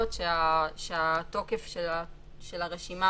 בתקנות יש?